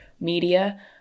media